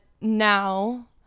now